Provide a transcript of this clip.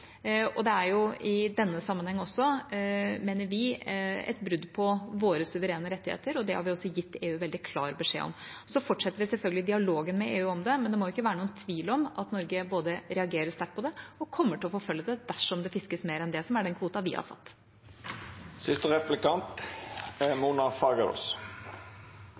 og det er jo i denne sammenheng også, mener vi, et brudd på våre suverene rettigheter, og det har vi også gitt EU veldig klar beskjed om. Vi fortsetter selvfølgelig dialogen med EU om det, men det må ikke være noen tvil om at Norge både reagerer sterkt på det og kommer til å forfølge det dersom det fiskes mer enn det som er den kvoten vi har satt. En analyse av muligheter for verdiskaping i Nord-Norge viser at potensialet for bærekraftig verdiskaping er